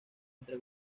entre